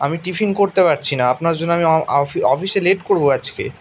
আমি টিফিন করতে পারছি না আপনার জন্য আমি অফিসে লেট করবো আজকে